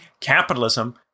capitalism